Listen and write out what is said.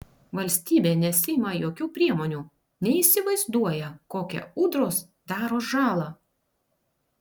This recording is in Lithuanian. valstybė nesiima jokių priemonių neįsivaizduoja kokią ūdros daro žalą